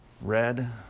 Red